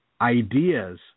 ideas